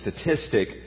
statistic